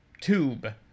tube